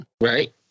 Right